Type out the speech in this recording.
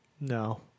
No